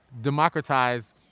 democratize